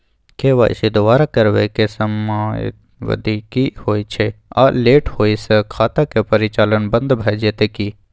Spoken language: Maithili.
के.वाई.सी दोबारा करबै के समयावधि की होय छै आ लेट होय स खाता के परिचालन बन्द भ जेतै की?